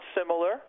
similar